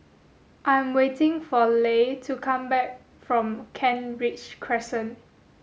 I'm waiting for Leigh to come back from Kent Ridge Crescent